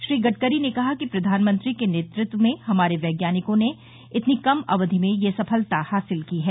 श्री गडकरी ने कहा कि प्रधानमंत्री के नेतृत्व में हमारे वैज्ञानिकों ने इतनी कम अवधि में यह सफलता हासिल की है